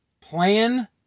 plan